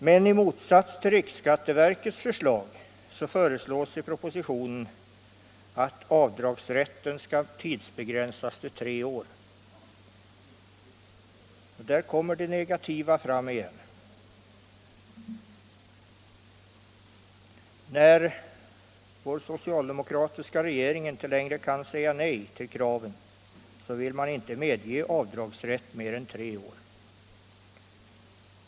Men i motsats till riksskatteverkets förslag föreslås i propositionen att avdragsrätten skall tidsbegränsas till tre år. Där kommer det negativa fram igen. När vår socialdemokratiska regering inte längre kan säga nej till kraven vill man inte medge avdragsrätt mer än tre år.